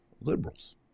liberals